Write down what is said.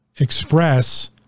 express